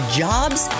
jobs